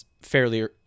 fairly